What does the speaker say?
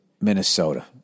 Minnesota